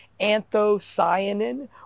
anthocyanin